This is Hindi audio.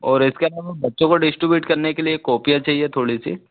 और इसके अलावा बच्चों को डिश्ट्रीब्यूट करने के लिए कॉपीयाँ चाहिए थोड़ी सी